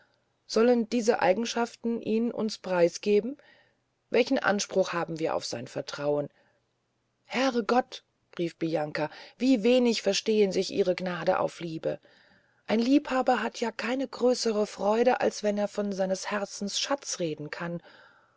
sollen diese eigenschaften ihn uns preis geben welchen anspruch haben wir auf sein vertrauen herr gott rief bianca wie wenig verstehn sich ihre gnaden auf liebe ein liebhaber hat ja keine größere freude als wenn er von seinem herzens schatz reden kann